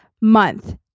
month